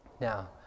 Now